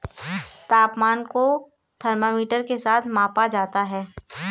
तापमान को थर्मामीटर के साथ मापा जाता है